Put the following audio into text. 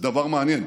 זה דבר מעניין.